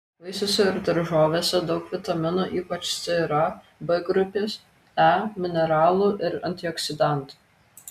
vaisiuose ir daržovėse daug vitaminų ypač c ir a b grupės e mineralų ir antioksidantų